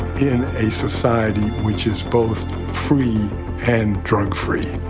in a society which is both free and drug-free.